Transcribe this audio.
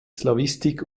slawistik